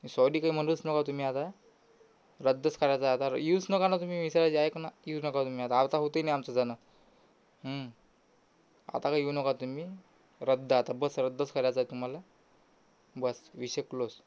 सॉडी काही म्हणूच नका तुम्ही आता रद्दच करायचं आहे आता येऊच नका ना तुम्ही मिश्राजी ऐका ना येऊच नका तुम्ही आता आता होतही नाही आमचं जाणं आता काही येऊ नका तुम्ही रद्द आता बस रद्दच करायचं आहे तुम्हाला बस्स विषय क्लोज